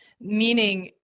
Meaning